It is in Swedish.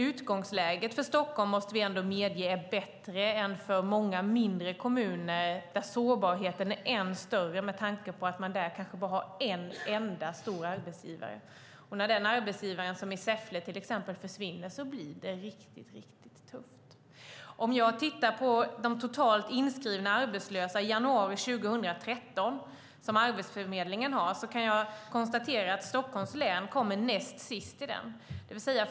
Utgångsläget för Stockholm måste vi ändå medge är bättre än för många mindre kommuner, där sårbarheten är än större, med tanke på att man där kanske har en enda stor arbetsgivare. När den arbetsgivaren, till exempel i Säffle, försvinner blir det riktigt tufft. Om jag tittar på de totalt inskrivna arbetslösa som Arbetsförmedlingen har i januari 2013 kan jag konstatera att Stockholms län kommer näst sist.